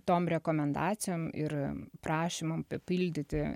tom rekomendacijom ir prašymam papildyti